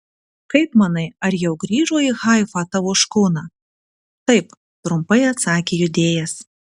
kaip manai ar jau grįžo į haifą tavo škuna taip trumpai atsakė judėjas